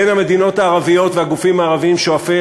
בין המדינות הערביות והגופים הערביים שואפי